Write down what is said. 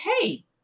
hey